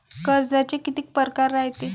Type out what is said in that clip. कर्जाचे कितीक परकार रायते?